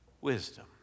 wisdom